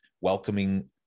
welcoming